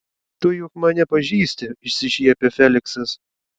tu juk mane pažįsti išsišiepia feliksas